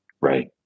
Right